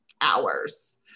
hours